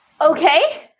okay